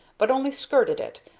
but only skirted it,